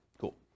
Cool